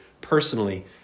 personally